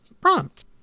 prompt